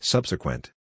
Subsequent